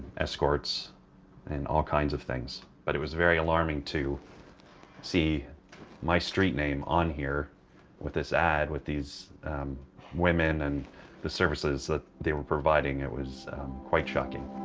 escorts and all kinds of things. but it was very alarming to see my street name on here with this ad with these women and the services that they were providing. it was quite shocking.